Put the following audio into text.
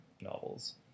novels